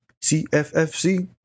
CFFC